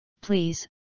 Please